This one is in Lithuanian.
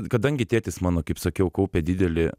kadangi tėtis mano kaip sakiau kaupė didelį